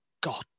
god